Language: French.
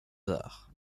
arts